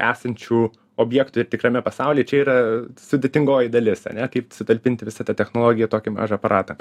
esančių objektų ir tikrame pasaulyje čia yra sudėtingoji dalis ane kaip sutalpinti visą tą technologiją tokį mažą aparatą